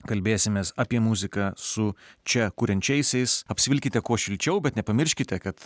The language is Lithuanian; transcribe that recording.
kalbėsimės apie muziką su čia kuriančiaisiais apsivilkite kuo šilčiau bet nepamirškite kad